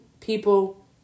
people